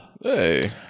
Hey